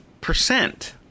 percent